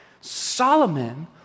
Solomon